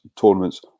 tournaments